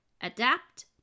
adapt